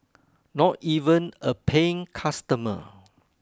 not even a paying customer